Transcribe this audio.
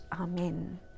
Amen